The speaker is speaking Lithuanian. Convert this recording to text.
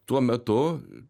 tuo metu